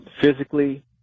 physically